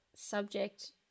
Subject